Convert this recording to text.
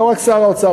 לא רק שר האוצר,